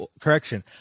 correction